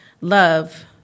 love